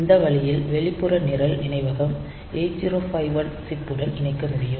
இந்த வழியில் வெளிப்புற நிரல் நினைவகம் 8051 சிப் புடன் இணைக்க முடியும்